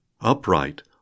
upright